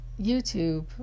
YouTube